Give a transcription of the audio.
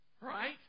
right